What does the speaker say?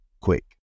quick